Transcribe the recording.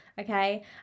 okay